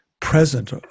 present